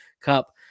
cup